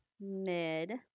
mid